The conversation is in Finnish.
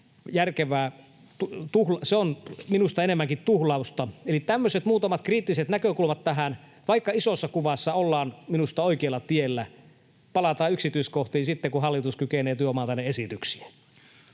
Se on minusta enemmänkin tuhlausta. Eli tämmöiset muutamat kriittiset näkökulmat tähän, vaikka isossa kuvassa ollaan minusta oikealla tiellä. Palataan yksityiskohtiin sitten, kun hallitus kykenee tuomaan tänne esityksiä.